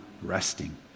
resting